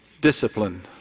discipline